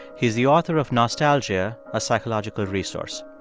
he's the author of nostalgia a psychological resource.